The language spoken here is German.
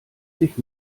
sich